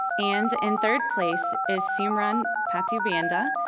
and in third place is samron patubienda,